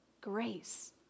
grace